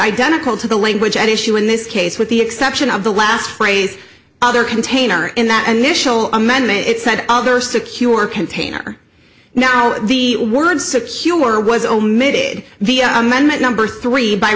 identical to the language at issue in this case with the exception of the last phrase other container in that initial amendment it said other secure container now the word secure was omitted the amendment number three by